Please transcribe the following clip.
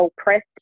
oppressed